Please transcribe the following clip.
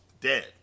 dead